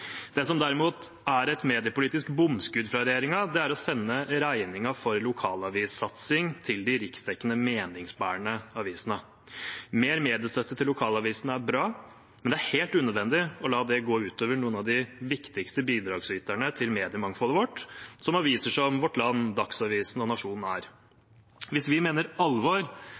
Det som derimot er et mediepolitisk bomskudd fra regjeringen, er å sende regningen for lokalavissatsing til de riksdekkende meningsbærende avisene. Mer mediestøtte til lokalavisene er bra, men det er helt unødvendig å la det gå ut over noen av de viktigste bidragsyterne til mediemangfoldet vårt, som aviser som Vårt Land, Dagsavisen og Nationen er. Hvis vi mener alvor